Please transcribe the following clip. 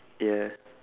yeah